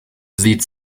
sieht